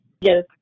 Yes